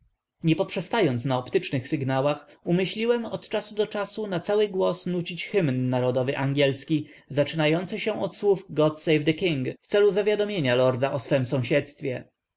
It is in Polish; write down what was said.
i rezykowny nie poprzestając na optycznych sygnałach umyśliłem od czasu do czasu na cały głos nucić hymn narodowy angielski zaczynający się od słów goodgod save the king w celu zawiadomienia lorda o swem sąsiedztwie